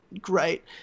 great